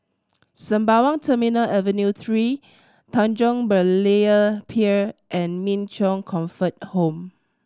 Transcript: Sembawang Terminal Avenue Three Tanjong Berlayer Pier and Min Chong Comfort Home